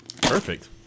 perfect